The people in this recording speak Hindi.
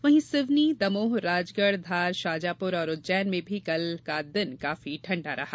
वहीं सिवनी दमोह राजगढ़ धार शाजापुर और उज्जैन में भी कल का दिन काफी ठंडा रहा